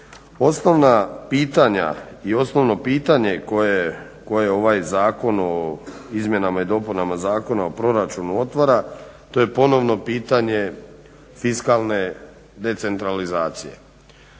Osnovna pitanja i osnovno pitanje koje ovaj zakon o izmjenama i dopunama Zakona o proračunu otvara to je ponovno pitanje fiskalne decentralizacije,